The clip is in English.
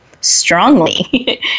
strongly